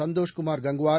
Santhoshkumar Gangwar